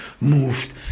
moved